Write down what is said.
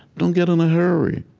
don't get in a hurry.